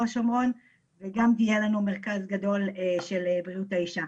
השומרון וגם יהיה לנו מרכז גדול של בריאות האישה.